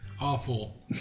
awful